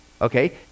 okay